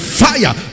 fire